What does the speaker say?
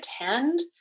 attend